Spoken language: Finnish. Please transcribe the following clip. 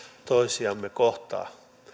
toisiamme kohtaan